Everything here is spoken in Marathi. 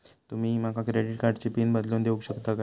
तुमी माका क्रेडिट कार्डची पिन बदलून देऊक शकता काय?